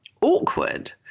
awkward